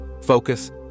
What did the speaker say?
focus